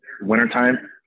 wintertime